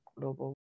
global